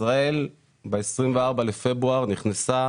ישראל ב-24.2 נכנסה